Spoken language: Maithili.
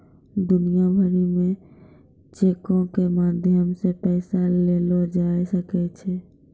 दुनिया भरि मे चेको के माध्यम से पैसा देलो जाय सकै छै